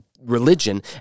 religion